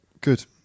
Good